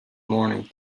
morning